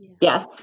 Yes